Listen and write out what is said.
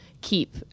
keep